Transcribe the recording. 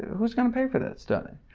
who's going to pay for that study?